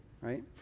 right